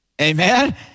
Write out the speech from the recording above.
Amen